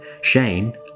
Shane